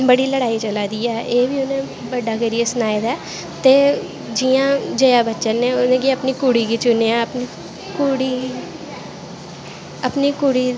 बड़ी लड़ाई चला दी ऐ एह् बी उनैं बड्डा करियै सनाए दा ऐ ते जियां जया बच्चन नै उनैं अपनी कुड़ी गी चुनेंआं ऐ कुड़ी अपनीं कुड़ी